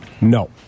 No